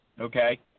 okay